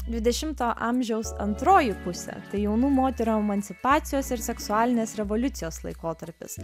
dvidešimto amžiaus antroji pusė tai jaunų moterų emancipacijos ir seksualinės revoliucijos laikotarpis